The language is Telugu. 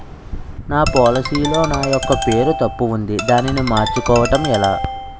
నా పోలసీ లో నా యెక్క పేరు తప్పు ఉంది దానిని మార్చు కోవటం ఎలా?